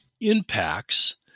impacts